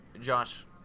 Josh